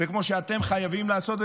כמו שאתם חייבים לעשות,